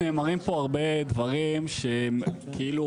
והם מראים פה הרבה דברים שהם כאילו